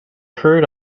heard